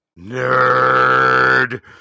Nerd